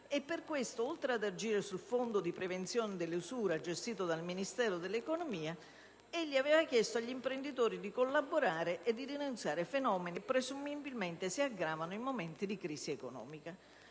Per questo, oltre ad agire sul Fondo di prevenzione dell'usura gestito dal Ministero dell'economia, egli aveva chiesto agli imprenditori di collaborare e denunciare "fenomeni che presumibilmente si aggravano in momenti di crisi economica".